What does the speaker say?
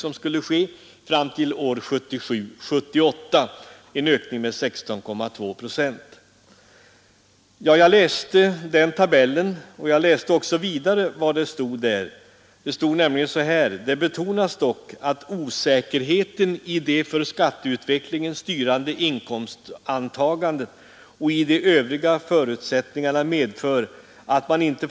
Man varnar för att använda kreditpolitiken som en broms i en uppåtriktad konjunktur om och när uppbromsande åtgärder behövs. Vilka bromsande åtgärder förordas då i stället, när man nu vill ha en svagare finanspolitik och en mjukare kreditpolitik? Är det skattehöjningar?